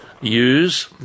use